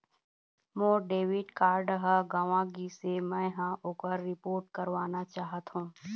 मोर debit card ह गंवा गिसे, मै ह ओकर रिपोर्ट करवाना चाहथों